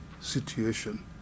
situation